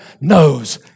knows